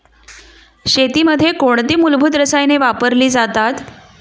शेतीमध्ये कोणती मूलभूत रसायने वापरली जातात?